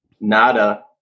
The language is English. nada